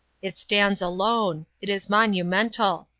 it stands alone it is monumental.